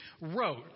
wrote